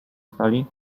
stali